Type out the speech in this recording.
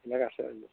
এইবিলাক আছে